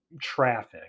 traffic